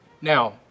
Now